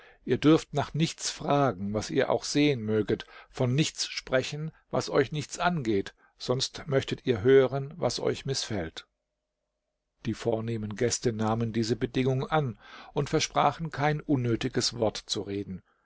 ihr dürft nach nichts fragen was ihr auch sehen möget von nichts sprechen was euch nichts angeht sonst möchtet ihr hören was euch mißfällt die vornehmen gäste nahmen diese bedingung an und versprachen kein unnötiges wort zu reden